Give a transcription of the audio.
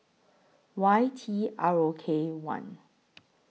Y T R O K one